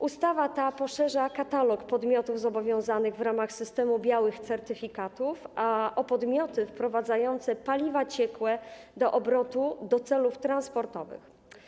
Ustawa ta poszerza katalog podmiotów zobowiązanych w ramach systemu białych certyfikatów o podmioty wprowadzające paliwa ciekłe do obrotu do celów transportowych.